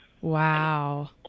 Wow